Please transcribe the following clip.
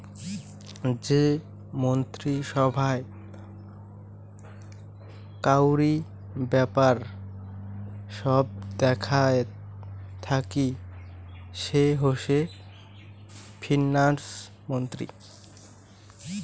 যে মন্ত্রী সভায় কাউরি ব্যাপার সব দেখাত থাকি সে হসে ফিন্যান্স মন্ত্রী